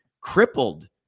crippled